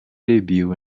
debut